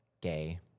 gay